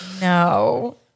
no